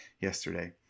yesterday